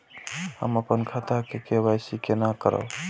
हम अपन खाता के के.वाई.सी केना करब?